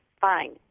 fine